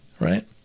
right